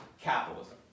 capitalism